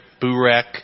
burek